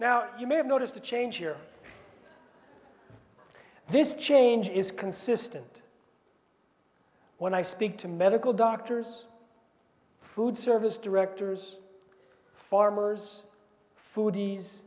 now you may have noticed a change here this change is consistent when i speak to medical doctors food service directors farmers foodies